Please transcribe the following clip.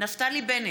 נפתלי בנט,